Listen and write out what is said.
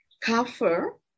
cover